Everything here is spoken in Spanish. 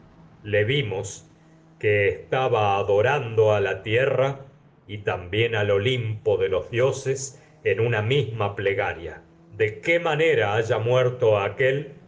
le vimos que estaba adorando a la tierra y también al de olimpo de los dioses en una misma plegaria que manera haya muerto aquél